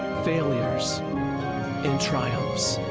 failures and triumphs.